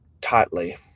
tightly